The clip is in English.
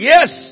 Yes